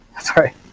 Sorry